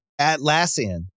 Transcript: Atlassian